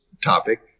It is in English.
topic